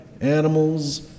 animals